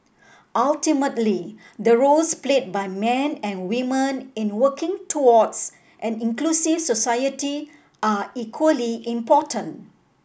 ultimately the roles played by men and women in working towards an inclusive society are equally important